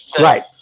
right